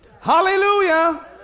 Hallelujah